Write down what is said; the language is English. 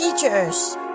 Teachers